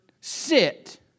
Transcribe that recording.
sit